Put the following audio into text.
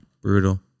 Brutal